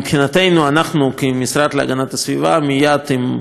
אנחנו כמשרד להגנת הסביבה מייד עם תחילת